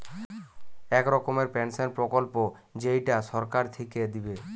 এক রকমের পেনসন প্রকল্প যেইটা সরকার থিকে দিবে